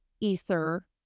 ether